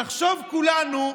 נחשוב כולנו: